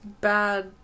bad